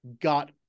got